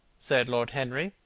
said lord henry,